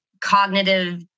cognitive